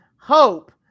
hope